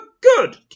good